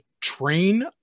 train